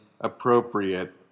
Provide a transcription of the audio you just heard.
appropriate